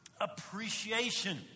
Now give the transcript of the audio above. Appreciation